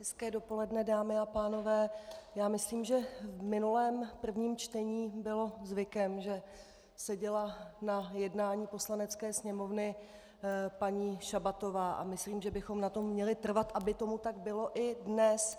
Hezké dopoledne, dámy a pánové, já myslím, že v minulém prvním čtení bylo zvykem, že seděla na jednání Poslanecké sněmovny paní Šabatová, a myslím, že bychom na tom měli trvat, aby tomu tak bylo i dnes.